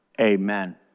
amen